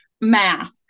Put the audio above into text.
Math